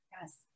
Yes